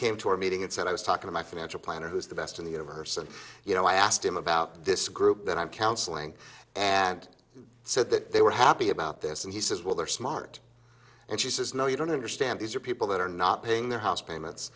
came to our meeting and said i was talking to my financial planner who's the best in the universe and you know i asked him about this group that i'm counseling and said that they were happy about this and he says well they're smart and she says no you don't understand these are people that are not paying their house payments